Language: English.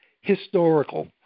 historical